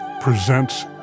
presents